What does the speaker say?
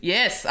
Yes